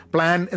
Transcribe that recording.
Plan